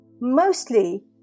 Mostly